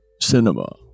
cinema